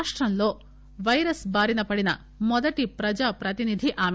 రాష్టంలో పైరస్ బారిన పడిన మొదటి ప్రజా ప్రతినిధి ఆమె